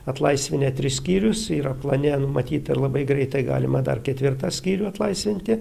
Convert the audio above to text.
atlaisvinę tris skyrius yra plane numatyta ir labai greitai galima dar ketvirtą skyrių atlaisvinti